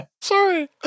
Sorry